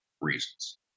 reasons